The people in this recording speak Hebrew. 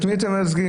את מי אתם מייצגים?